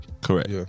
Correct